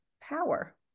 power